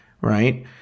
Right